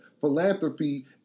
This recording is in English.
philanthropy